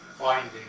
finding